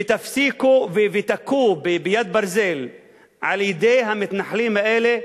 ותכו ביד ברזל את המתנחלים האלה,